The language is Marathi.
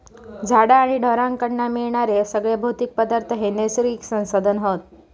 झाडा आणि ढोरांकडना मिळणारे सगळे भौतिक पदार्थ हे नैसर्गिक संसाधन हत